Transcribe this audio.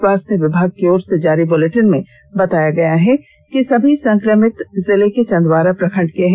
स्वास्थ्य विभाग की ओर से जारी बुलेटिन में बताया गया है कि समी संकमित जिले के चंदवारा प्रखंड के हैं